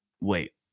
wait